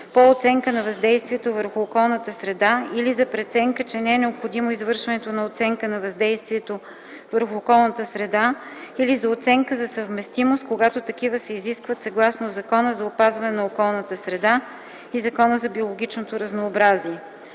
по оценка на въздействието върху околната среда или за преценка, че не е необходимо извършването на оценка на въздействието върху околната среда, или за оценка за съвместимост, когато такива се изискват съгласно Закона за опазване на околната среда и Закона за биологичното разнообразие.